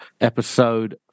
episode